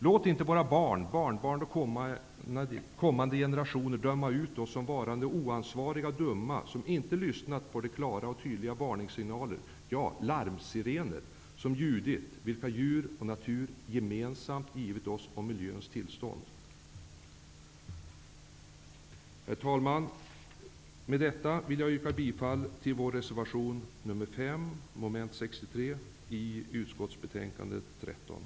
Låt inte våra barn, barnbarn och kommande generationer döma ut oss såsom varande oansvariga och dumma, eftersom vi inte har lyssnat på de klara och tydliga varningssignaler -- rent av larmsirener -- som ljudit och som djur och natur gemensamt givit oss om miljöns tillstånd. Herr talman! Med det anförda vill jag yrka bifall till